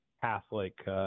Catholic